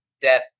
death